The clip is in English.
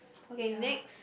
okay next